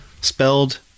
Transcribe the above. spelled